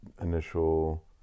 initial